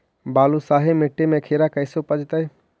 बालुसाहि मट्टी में खिरा कैसे उपजतै?